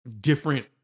different